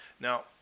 Now